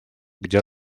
где